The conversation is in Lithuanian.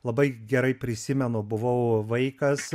labai gerai prisimenu buvau vaikas